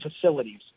facilities